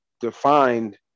defined